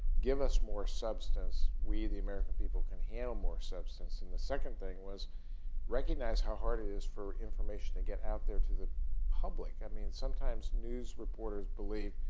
give us more substance. we the american people can handle more substance. and the second thing is recognize how hard it is for information to get out there to the public. i mean sometimes news reporters believe,